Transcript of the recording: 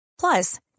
Plus